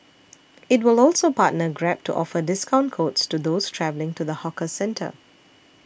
it will also partner Grab to offer discount codes to those travelling to the hawker centre